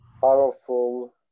powerful